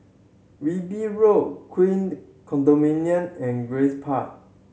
Wilby Road Queened Condominium and Grace Park